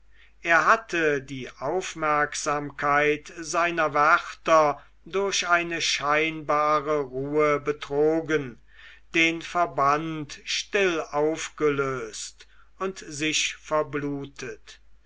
er hatte die aufmerksamkeit seiner wärter durch eine scheinbare ruhe betrogen den verband still aufgelöst und sich verblutet